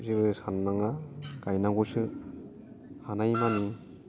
जोङो साननाङा गायनांगौसो हानायमानि